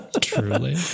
Truly